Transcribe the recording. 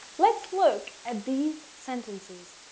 let's look at these sentences.